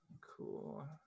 Cool